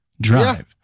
drive